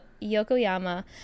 yokoyama